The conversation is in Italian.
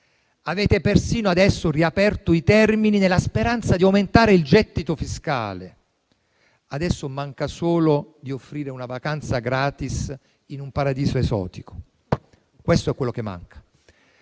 avete persino riaperto i termini, nella speranza di aumentare il gettito fiscale. Manca solo di offrire una vacanza *gratis* in un paradiso esotico, questo è ciò che manca!